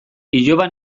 iloba